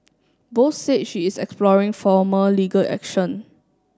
Bose said she is exploring formal legal action